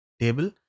table